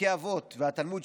פרקי אבות והתלמוד,